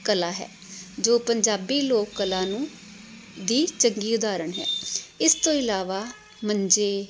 ਕਲਾ ਹੈ ਜੋ ਪੰਜਾਬੀ ਲੋਕ ਕਲਾ ਨੂੰ ਦੀ ਚੰਗੀ ਉਦਾਹਰਨ ਹੈ ਇਸ ਤੋਂ ਇਲਾਵਾ ਮੰਜੇ